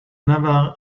never